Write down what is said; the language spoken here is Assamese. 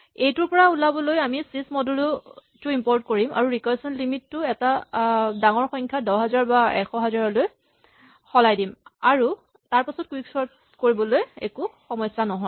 এইটোৰ পৰা ওলাবলৈ আমি ছিছ মডোলো টো ইমপৰ্ট কৰিম আৰু ৰিকাৰচন লিমিট টো এটা ডাঙৰ সংখ্যা ১০০০০ বা ১০০০০০ লৈ সলাই দিম আৰু তাৰপাছত কুইকচৰ্ট কৰিলে একো সমস্যা নহয়